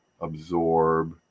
absorb